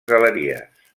galeries